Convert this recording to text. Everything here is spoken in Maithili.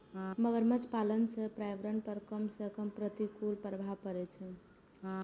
मगरमच्छ पालन सं पर्यावरण पर कम सं कम प्रतिकूल प्रभाव पड़ै छै